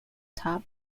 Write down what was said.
top